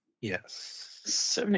yes